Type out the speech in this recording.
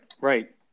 Right